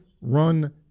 run